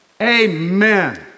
amen